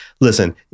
Listen